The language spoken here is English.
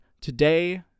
today